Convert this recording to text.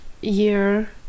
year